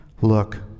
Look